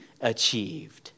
achieved